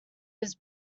his